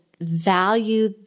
value